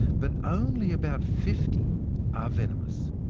but only about fifty are venomous.